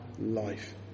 life